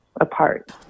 apart